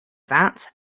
that